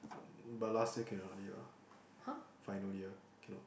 um but last year cannot already ah final year cannot